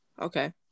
Okay